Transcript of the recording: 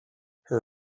her